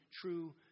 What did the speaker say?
true